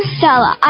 Stella